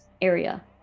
area